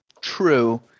true